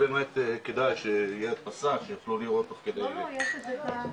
כשאני הייתי צעיר ועסקתי פיזית בחקלאות,